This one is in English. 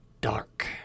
dark